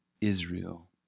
Israel